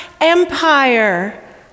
empire